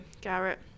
Garrett